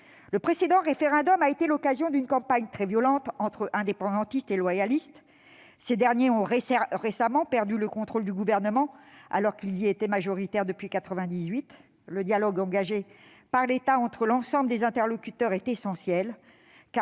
Le précédent référendum a été la scène d'une campagne très violente entre indépendantistes et loyalistes. Ces derniers ont récemment perdu le contrôle du Gouvernement, alors qu'ils y étaient majoritaires depuis 1998. Le dialogue engagé par l'État entre l'ensemble des interlocuteurs est essentiel,